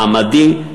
מעמדי,